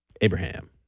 Abraham